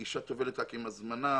אישה טובלת רק עם הזמנה,